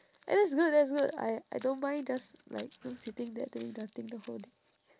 eh that's good that's good I I don't mind just like you know siting there doing nothing the whole day